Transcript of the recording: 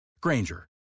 Granger